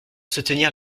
soutenir